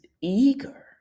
eager